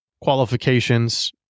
qualifications